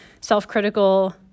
self-critical